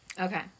Okay